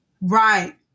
Right